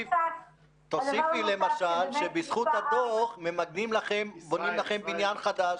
תוסיפי למשל שבזכות הדוח בונים לכם בניין חדש.